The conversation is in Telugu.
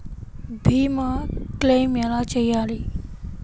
భీమ క్లెయిం ఎలా చేయాలి?